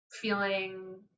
feeling